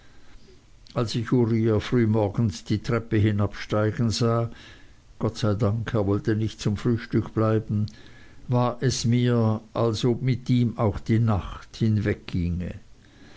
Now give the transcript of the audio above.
als ich uriah frühmorgens die treppe hinabsteigen sah gott sei dank er wollte nicht zum frühstück bleiben war es mir als ob mit ihm auch die nacht